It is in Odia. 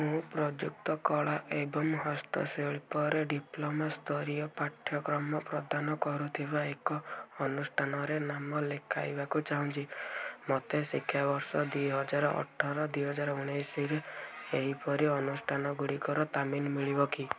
ମୁଁ ପ୍ରଯୁକ୍ତ କଳା ଏବଂ ହସ୍ତଶିଳ୍ପରେ ଡିପ୍ଲୋମା ସ୍ତରୀୟ ପାଠ୍ୟକ୍ରମ ପ୍ରଦାନ କରୁଥିବା ଏକ ଅନୁଷ୍ଠାନରେ ନାମ ଲେଖାଇବାକୁ ଚାହୁଁଛି ମୋତେ ଶିକ୍ଷାବର୍ଷ ଦୁଇହଜାର ଅଠର ଦୁଇହଜାର ଉଣେଇଶରେ ଏହିପରି ଅନୁଷ୍ଠାନ ଗୁଡ଼ିକର ତାଲିକା ମିଳିବ କି